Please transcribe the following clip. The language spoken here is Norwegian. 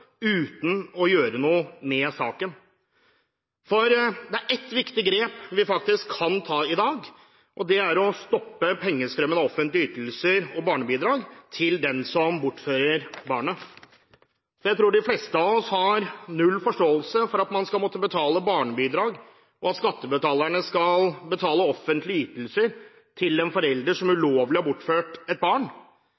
kan ta i dag, og det er å stoppe pengestrømmen av offentlige ytelser og barnebidrag til den som bortfører barnet. Jeg tror de fleste av oss har null forståelse for at man skal måtte betale barnebidrag, og at skattebetalerne skal betale offentlige ytelser til en forelder som